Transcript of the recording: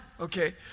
Okay